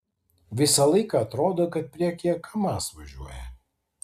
visą laiką atrodo kad priekyje kamaz važiuoja